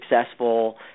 successful